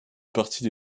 partie